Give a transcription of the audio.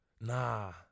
Nah